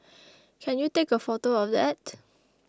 can you take a photo of that